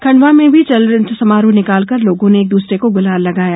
खंडवा में भी चल समारोह निकालकर लोगों ने एक दूसरे को गुलाल लगाया